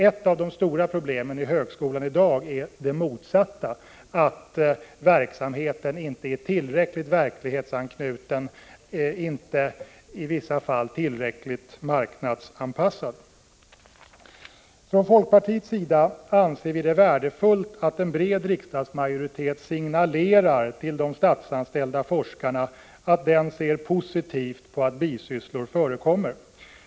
Ett av de stora problemen i högskolan i dag är det motsatta, nämligen att verksamheten inte är tillräckligt verklighetsanknuten och i vissa fall inte tillräckligt marknadsanpassad. Folkpartiet anser det vara värdefullt att en bred riksdagsmajoritet signalerar till de statsanställda forskarna att den ser positivt på att bisysslor förekommer.